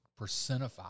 percentify